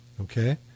okay